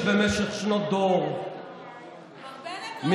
מר בנט, ראית את הסקרים בסוף השבוע?